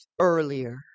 earlier